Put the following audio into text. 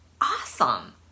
awesome